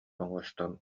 оҥостон